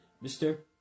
mister